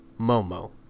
momo